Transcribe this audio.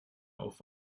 auf